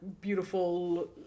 beautiful